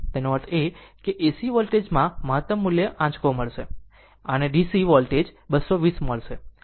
એનો અર્થ એ કે AC વોલ્ટેજ માં મહત્તમ મુલ્ય આંચકો મળશે અને DC વોલ્ટેજ 220 મળશે